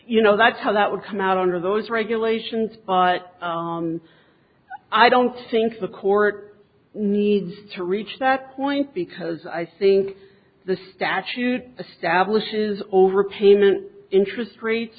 you know that's how that would come out under those regulations but i don't think the court needs to reach that point because i think the statute stablish is over payment interest rates